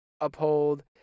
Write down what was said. uphold